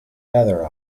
leather